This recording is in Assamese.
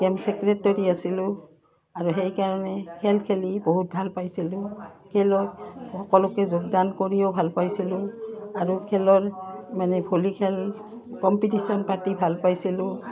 গেম্ছ ছেক্ৰেটৰী আছিলোঁ আৰু সেইকাৰণে খেল খেলি বহুত ভাল পাইছিলোঁ খেলত সকলোতে যোগদান কৰিও ভাল পাইছিলোঁ আৰু খেলৰ মানে ভলী খেল কম্পিটিশ্যন পাতি ভাল পাইছিলোঁ